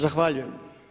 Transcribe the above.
Zahvaljujem.